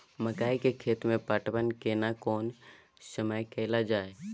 मकई के खेती मे पटवन केना कोन समय कैल जाय?